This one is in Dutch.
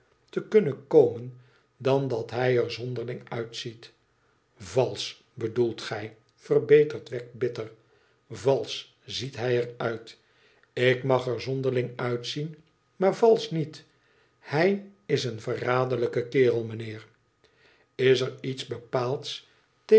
te kunnen komen dan dat hij er zonderling uitziet valsch bedoelt gij verbetert wegg bitter valsch ziet hij er uit ik mag er zonderling uitzien maar valsch niet hij is een verraderlijke kerel meneer is er iets bepaalds